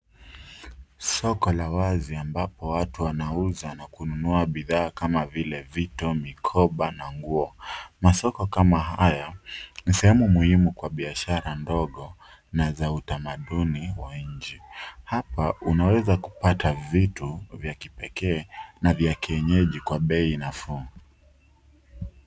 Soko la wazi ambapo watu wanauza na kununua bidhaa kama vile vito, mikoba na nguo. Masoko kama haya ni sehemu muhimu kwa biashara ndogo na za utamaduni wa nchi. Hapa unaweza kupata vitu vya kipekee na vya kienyeji kwa bei nafuu.